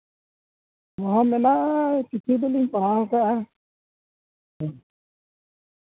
ᱱᱚᱣᱟ ᱢᱮᱱᱟᱜᱼᱟ ᱠᱤᱪᱷᱩ ᱫᱚᱞᱤᱧ ᱯᱟᱲᱦᱟᱣ ᱠᱟᱜᱼᱟ